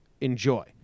enjoy